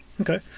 Okay